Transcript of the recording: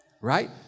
Right